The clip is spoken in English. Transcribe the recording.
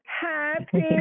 Happy